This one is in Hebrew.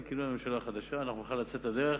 עם כינון הממשלה החדשה נוכל לצאת לדרך